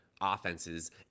offenses